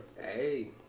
Hey